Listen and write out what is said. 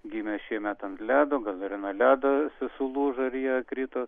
gimę šiemet ant ledo gal ir na ledas sulūžo ir jie krito